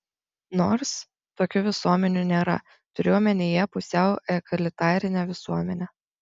nors tokių visuomenių nėra turiu omenyje pusiau egalitarinę visuomenę